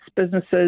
businesses